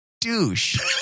douche